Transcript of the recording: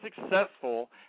successful